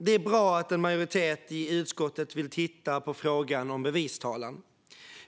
Det är bra att en majoritet i utskottet vill titta på frågan om bevistalan.